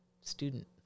student